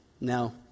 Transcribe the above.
no